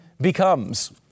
becomes